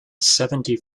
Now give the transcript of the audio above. seventy